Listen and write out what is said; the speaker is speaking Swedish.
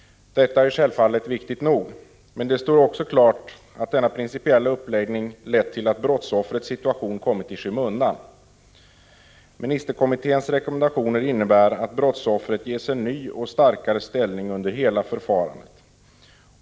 Detta är självfallet viktigt nog, men det står också klart att denna principiella uppläggning lett till att brottsoffrets situation kommit i skymundan. Ministerkommitténs rekommendationer innebär att brottsoffret ges en ny och starkare ställning under hela förfarandet.